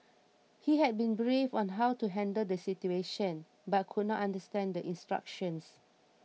he had been briefed on how to handle the situation but could not understand the instructions